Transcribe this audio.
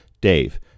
Dave